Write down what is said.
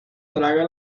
traga